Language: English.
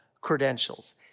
credentials